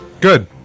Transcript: Good